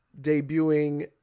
debuting